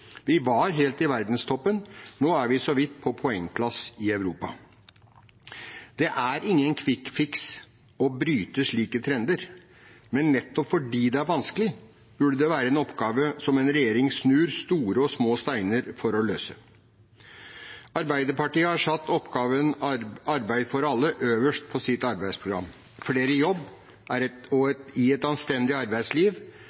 Vi var helt i verdenstoppen. Nå er vi så vidt på poengplass i Europa. Det er ingen kvikkfiks for å bryte slike trender, men nettopp fordi det er vanskelig, burde det være en oppgave som en regjering snur store og små steiner for å løse. Arbeiderpartiet har satt oppgaven arbeid for alle øverst på sitt arbeidsprogram. Flere i jobb i et